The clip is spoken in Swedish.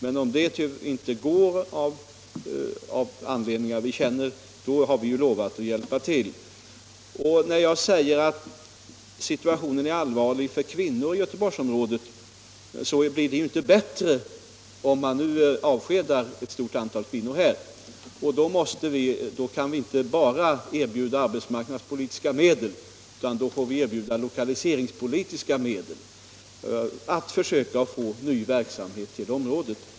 Men om det inte går - av anledningar vi känner — har vi lovat att hjälpa till. Situationen är allvarlig för kvinnor i Göteborgsområdet, och den blir inte bättre om ett stort antal kvinnor nu avskedas. Vi kan då inte bara erbjuda arbetsmarknadspolitiska medel utan får erbjuda lokaliseringspolitiska medel för att försöka få ny verksamhet till området.